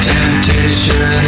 Temptation